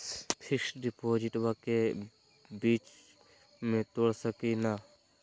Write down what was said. Fix डिपोजिटबा के बीच में तोड़ सकी ना?